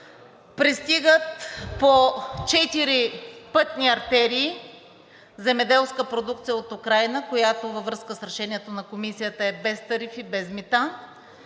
Пристига по четири пътни артерии земеделска продукция от Украйна, която във връзка с решението на Комисията е без тарифи, без мита.